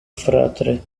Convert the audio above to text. fratre